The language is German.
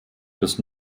bis